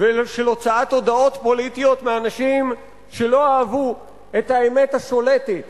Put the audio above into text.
ושל הוצאת הודאות פוליטיות מאנשים שלא אהבו את האמת השולטת